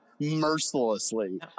mercilessly